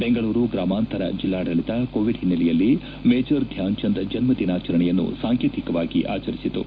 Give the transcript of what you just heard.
ಬೆಂಗಳೂರು ಗ್ರಾಮಾಂತರ ಜಿಲ್ಲಾಡಳಿತ ಕೋವಿಡ್ ಹಿನ್ನೆಲೆಯಲ್ಲಿ ಮೇಜರ್ ಧ್ಯಾನ್ಚಂದ್ ಜನ್ಮ ದಿನಾಚರಣೆಯನ್ನು ಸಾಂಕೇತಿಕವಾಗಿ ಆಚರಿಸಿತು